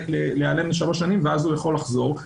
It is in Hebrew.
להיעלם ל-3 שנים ואז הוא יכול לחזור,